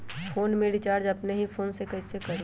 Phone में recharge अपने ही फ़ोन से कईसे करी?